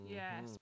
yes